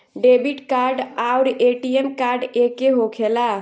Debit card आउर ATM card एके होखेला?